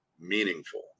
meaningful